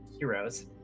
heroes